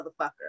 motherfucker